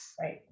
Right